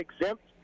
exempt